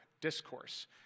discourse